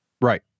Right